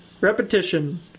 Repetition